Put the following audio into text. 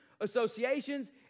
associations